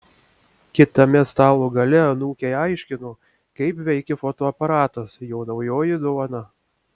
kitame stalo gale anūkei aiškino kaip veikia fotoaparatas jo naujoji dovana